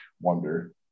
Wonder